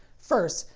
first,